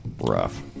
Rough